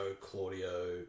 Claudio